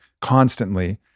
constantly